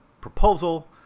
proposal